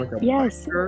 yes